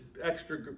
extra